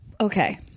Okay